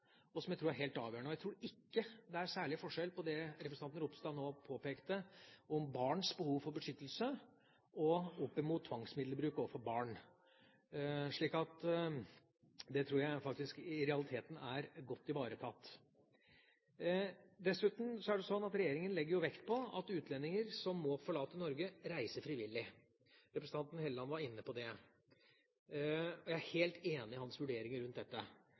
barn, som jeg tror er helt avgjørende. Jeg tror ikke det er særlig forskjell på det som representanten Ropstad nå påpekte om barns behov for beskyttelse og tvangsmiddelbruk overfor barn. Det tror jeg i realiteten er godt ivaretatt. Regjeringa legger vekt på at utlendinger som må forlate Norge, reiser frivillig. Representanten Trond Helleland var inne på det, og jeg er helt enig i hans vurderinger rundt dette.